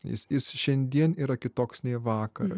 jis šiandien yra kitoks nei vakar